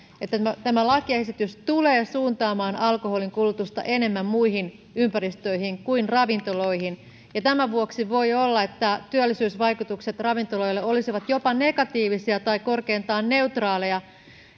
että tämä lakiesitys tulee suuntaamaan alkoholinkulutusta enemmän muihin ympäristöihin kuin ravintoloihin ja tämän vuoksi voi olla että työllisyysvaikutukset ravintoloille olisivat jopa negatiivisia tai korkeintaan neutraaleja